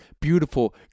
beautiful